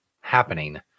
happening